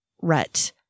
rut